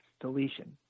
deletion